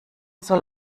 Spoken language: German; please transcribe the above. soll